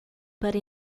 para